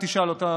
אם תשאל אותם,